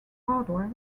hardware